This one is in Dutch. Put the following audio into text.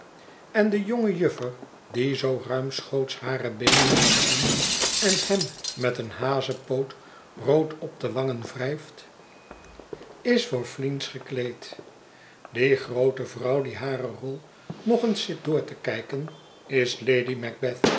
en dejonge juffer die zoo ruimschoots hare beenen laat zien en hem met een hazenpoot rood op de wangen wrijft is voor fleance gekleed die groote vrouw die hare rol nog eens zit door te kijken is